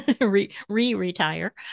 re-retire